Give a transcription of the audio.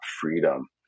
freedom